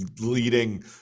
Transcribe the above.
leading